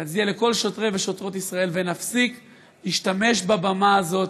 נצדיע לכל שוטרי ושוטרות ישראל ונפסיק להשתמש בבמה הזאת